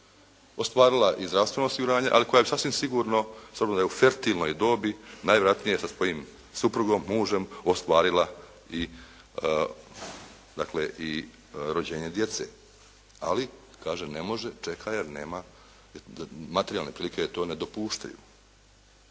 ostvarila i zdravstveno osiguranje, ali koja sasvim sigurno s obzirom da je u fertilnoj dobi, najvjerojatnije sa svojim suprugom, mužem, ostvarila dakle i rođenje djece, ali kaže ne može, čeka jer nema materijalne prilike joj to ne dopuštaju.